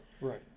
Right